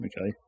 Okay